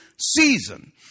season